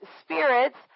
spirits